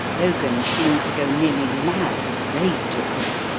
logan seemed to go nearly mad with rage at this.